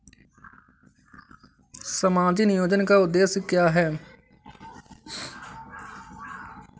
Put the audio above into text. सामाजिक नियोजन का उद्देश्य क्या है?